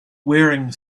wearing